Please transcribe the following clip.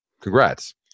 Congrats